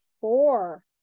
four